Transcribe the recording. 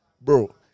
Bro